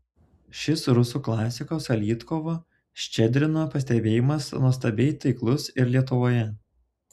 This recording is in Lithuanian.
šis rusų klasiko saltykovo ščedrino pastebėjimas nuostabiai taiklus ir lietuvoje